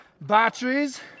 batteries